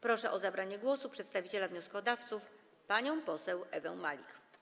Proszę o zabranie głosu przedstawiciela wnioskodawców panią poseł Ewę Malik.